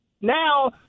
now